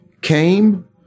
Came